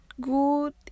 good